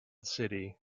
city